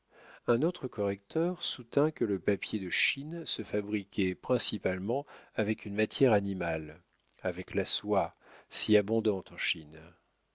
un autre correcteur soutint que le papier de chine se fabriquait principalement avec une matière animale avec la soie si abondante en chine